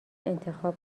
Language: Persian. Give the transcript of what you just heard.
انتخاب